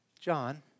John